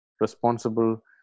responsible